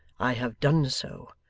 i have done so,